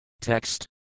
Text